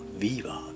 viva